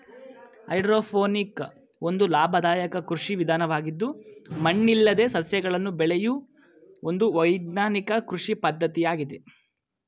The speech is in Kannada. ಹೈಡ್ರೋಪೋನಿಕ್ ಒಂದು ಲಾಭದಾಯಕ ಕೃಷಿ ವಿಧಾನವಾಗಿದ್ದು ಮಣ್ಣಿಲ್ಲದೆ ಸಸ್ಯಗಳನ್ನು ಬೆಳೆಯೂ ಒಂದು ವೈಜ್ಞಾನಿಕ ಕೃಷಿ ಪದ್ಧತಿಯಾಗಿದೆ